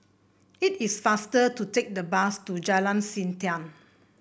it is faster to take the bus to Jalan Siantan